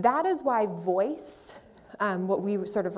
that is why voice what we would sort of